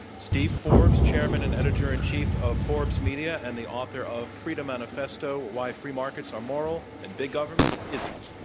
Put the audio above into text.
steve forbes, chairman and editor in chief of forbes media and the author of freedom manifesto why free markets are moral and big government isn't.